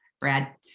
Brad